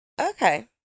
Okay